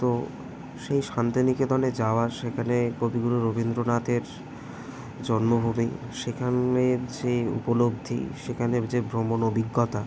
তো সেই শান্তিনিকেতনে যাওয়ার সেখানে কবিগুরু রবীন্দ্রনাথের জন্মভূমি সেখানের যে উপলব্ধি সেখানের যে ভ্রমণ অভিজ্ঞতা